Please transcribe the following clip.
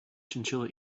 chinchilla